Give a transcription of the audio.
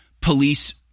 police